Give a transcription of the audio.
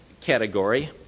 category